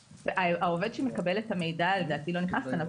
העובד שמקבל את המידע לדעתי לא נכנס כאן.